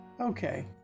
okay